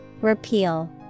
repeal